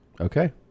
okay